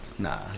Nah